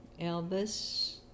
Elvis